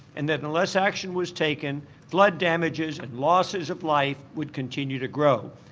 and that unless action was taken flood damages and losses of life would continue to grow.